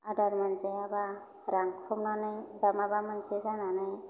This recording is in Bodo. आदार मोनजायाबा रानख्रबनानै बा माबा मोनसे जानानै